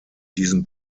diesem